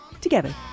together